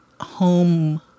home